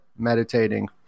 meditating